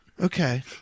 Okay